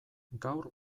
gaur